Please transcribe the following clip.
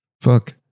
Fuck